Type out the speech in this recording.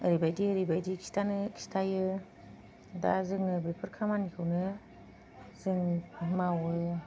ओरैबादि ओरैबायदि खिनथायो दा जोङो बेफोर खामानिखौनो जों मावो